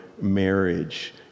marriage